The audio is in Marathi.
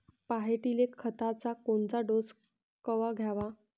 पऱ्हाटीले खताचा कोनचा डोस कवा द्याव?